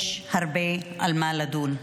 יש הרבה במה לדון,